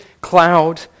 cloud